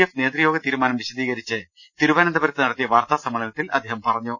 F നേതൃയോഗ തീരുമാനം വിശദീകരിച്ച് തിരുവനന്ത പുരത്ത് നടത്തിയ വാർത്താ സമ്മേളനത്തിൽ അദ്ദേഹം പറഞ്ഞു